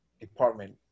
department